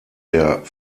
der